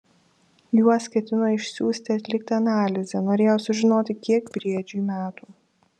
juos ketino išsiųsti atlikti analizę norėjo sužinoti kiek briedžiui metų